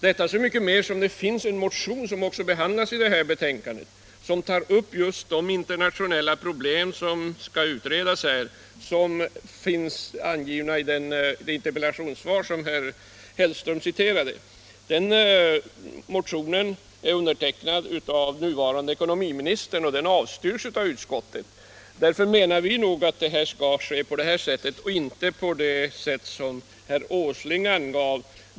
Detta så mycket mer som betänkandet behandlar en motion, där man tar upp de internationella problem som skall utredas och som anges i det interpellationssvar herr Hellström citerade. Motionen är undertecknad av den nuvarande ekonomiministern och avstyrks av utskottet. Därför menar vi nog att frågan skall behandlas i enlighet med vårt förslag och inte på det sätt som herr Åsling angav.